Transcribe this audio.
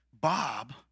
Bob